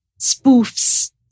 spoofs